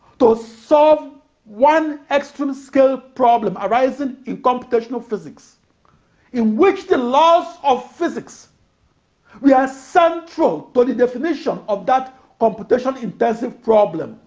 to solve one extreme-scale problem arising in computational physics in which the laws of physics were yeah central to but the definition of that computation-intensive problem.